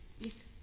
Yes